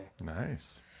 Nice